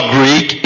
Greek